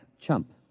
chump